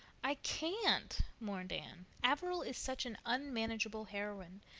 i can't, mourned anne. averil is such an unmanageable heroine.